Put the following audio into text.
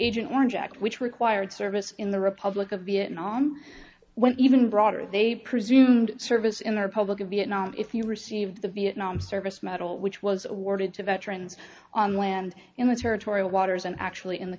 agent orange act which required service in the republic of vietnam when even broader they presumed service in the republic of vietnam if you received the vietnam service medal which was awarded to veterans on land it was her tory waters and actually in the